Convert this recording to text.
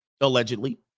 allegedly